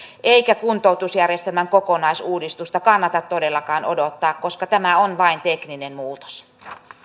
eikä kuntoutusjärjestelmän kokonaisuudistusta kannata todellakaan odottaa koska tämä on vain tekninen muutos